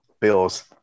bills